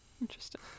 Interesting